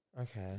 Okay